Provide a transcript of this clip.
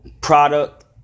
product